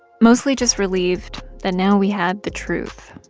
mostly just relieved that now we had the truth